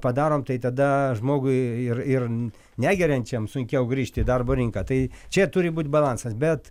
padarom tai tada žmogui ir ir negeriančiam sunkiau grįžti į darbo rinką tai čia turi būt balansas bet